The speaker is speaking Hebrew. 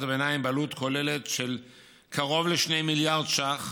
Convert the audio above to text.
הביניים בעלות כוללת של קרוב ל-2 מיליארד ש"ח.